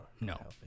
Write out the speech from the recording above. No